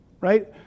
right